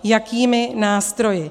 Jakými nástroji.